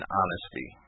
honesty